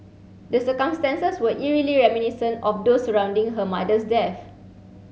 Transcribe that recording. the circumstances were eerily reminiscent of those surrounding her mother's death